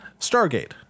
Stargate